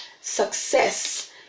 success